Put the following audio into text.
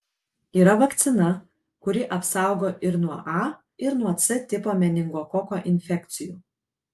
yra vakcina kuri apsaugo ir nuo a ir nuo c tipo meningokoko infekcijų